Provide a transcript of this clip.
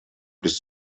bis